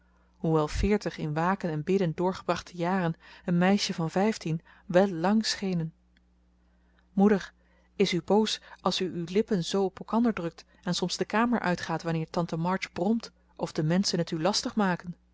hoewel veertig in waken en bidden doorgebrachte jaren een meisje van vijftien wel lang schenen moeder is u boos als u uw lippen zoo op elkander drukt en soms de kamer uitgaat wanneer tante march bromt of de menschen het u lastig maken